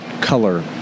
color